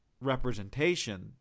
representation